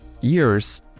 years